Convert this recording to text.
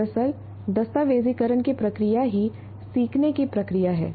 दरअसल दस्तावेजीकरण की प्रक्रिया ही सीखने की प्रक्रिया है